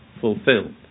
fulfilled